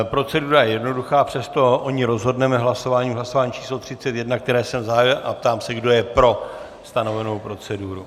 Procedura je jednoduchá, přesto o ní rozhodneme hlasováním v hlasování číslo 31, které jsem zahájil, a ptám se, kdo je pro stanovenou proceduru.